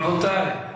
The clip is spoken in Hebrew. רבותי,